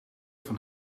van